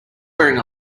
wearing